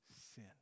sin